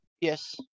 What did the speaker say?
yes